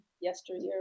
yesteryear